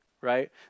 right